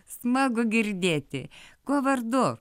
smagu girdėti kuo vardu